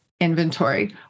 inventory